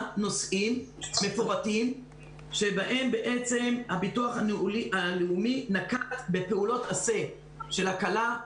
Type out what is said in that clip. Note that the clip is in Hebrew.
נושאים מפורטים שבהם בעצם הביטוח הלאומי נקט בפעולות עשה של הקלה,